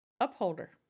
upholder